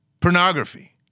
pornography